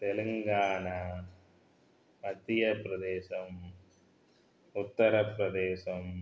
Telangana Madhya Pradesh Uttar Pradesh